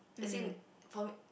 as in for